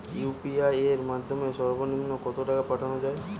UPI এর মাধ্যমে সর্ব নিম্ন কত টাকা পাঠানো য়ায়?